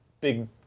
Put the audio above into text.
big